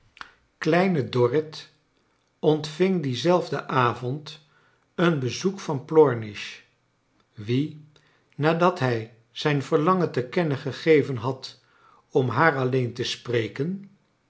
kleine dorrit ontving dien zelfden avond een bezoek van plornish wiem nadat hij zijn verlangen te kennen gegeven had om haar alleen te spreken